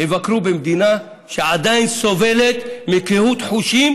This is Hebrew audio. יבקרו במדינה שעדיין סובלת מקהות חושים